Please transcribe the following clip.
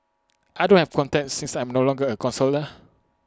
I don't have contacts since I am no longer A counsellor